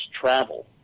travel